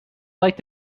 like